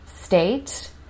state